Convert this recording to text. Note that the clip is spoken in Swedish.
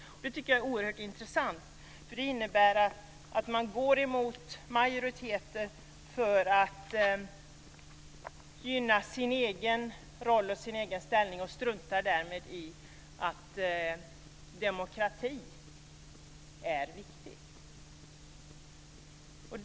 Jag tycker att detta är oerhört intressant, för det innebär att man går emot majoriteten för att gynna sin egen roll och sin egen ställning och struntar i att demokrati är viktigt.